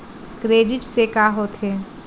Credit से का होथे?